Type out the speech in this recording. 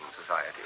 society